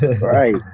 Right